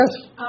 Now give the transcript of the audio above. Yes